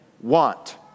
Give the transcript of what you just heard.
want